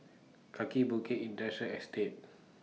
Kaki Bukit Industrial Estate